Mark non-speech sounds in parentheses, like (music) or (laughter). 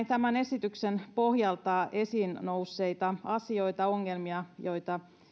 (unintelligible) tämän esityksen pohjalta esiin nousseita asioita ongelmia joita